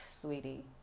sweetie